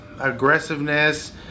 aggressiveness